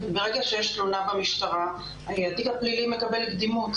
ברגע שיש תלונה במשטרה התיק הפלילי מקבל קדימות.